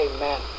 Amen